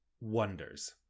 wonders